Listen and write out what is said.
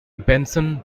benson